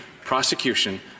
prosecution